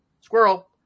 squirrel